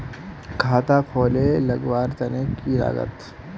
खाता खोले लगवार तने की लागत?